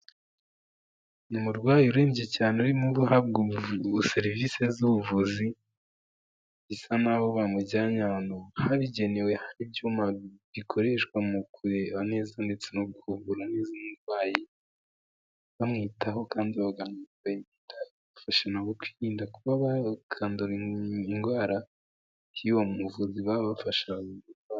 Ni umurwayi urembye cyane urimo guhabwa serivisi z'ubuvuzi zisa naho bamujyanye ahantu habugenewe hari ibyuma bikoreshwa mu kureba neza ndetse norwa bamwitaho kandifasha kwirinda kuba bakandura indwara y'uwo muvuzi babafasha.